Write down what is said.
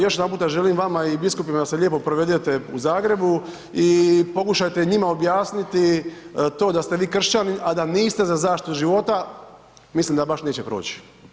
Još jedanput želim vama i biskupima da se lijepo provedete u Zagrebu i pokušajte njima objasniti to da ste vi kršćanin, a da niste za zaštitu života, mislim da baš neće proći.